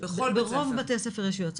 ברוב בתי הספר יש יועצות,